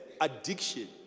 Addiction